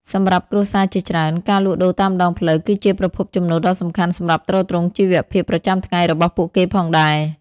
សម្រាប់គ្រួសារជាច្រើន ការលក់ដូរតាមដងផ្លូវគឺជាប្រភពចំណូលដ៏សំខាន់សម្រាប់ទ្រទ្រង់ជីវភាពប្រចាំថ្ងៃរបស់ពួកគេផងដែរ ។